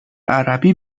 عربی